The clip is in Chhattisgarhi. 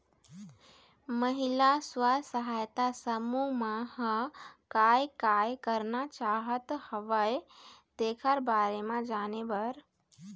महिला स्व सहायता समूह मन ह काय काय करना चाहत हवय तेखर बारे म जाने बर